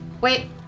Wait